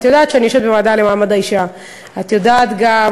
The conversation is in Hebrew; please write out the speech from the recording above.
את יודעת שאני יושבת בוועדה לקידום מעמד האישה.